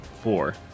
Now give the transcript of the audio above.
four